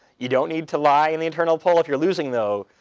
you don't need to lie in the internal poll. if you're losing, though,